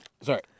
Sorry